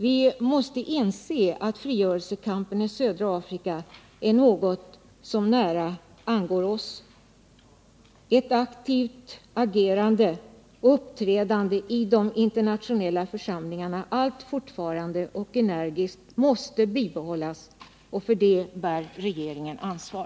Vi måste inse att frigörelsekampen i södra Afrika är något som nära angår oss. Ett aktivt och energiskt agerande och uppträdande i de internationella församlingarna måste bibehållas, och för det bär regeringen ansvar.